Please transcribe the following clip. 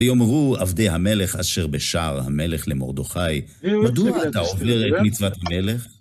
„וַיֹּאמְרוּ עַבְדֵי הַמֶּלֶךְ אֲשֶׁר בְּשַׁעַר הַמֶּלֶךְ לְמָרְדֳּכָי מַדּוּעַ אַתָּה עוֹבֵר אֵת מִצְוַת הַמֶּלֶךְ.”